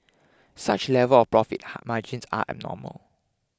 such levels of profit ha margins are abnormal